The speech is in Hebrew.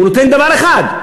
הוא נותן דבר אחד,